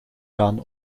gaan